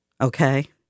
Okay